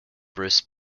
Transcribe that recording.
bruce